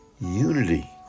unity